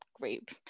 group